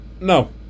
No